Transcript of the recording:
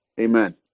Amen